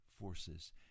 forces